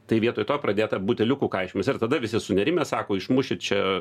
tai vietoj to pradėta buteliukų kaišymas ir tada visi sunerimę sako išmušit čia